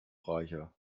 reicher